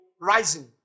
rising